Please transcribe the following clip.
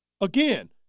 Again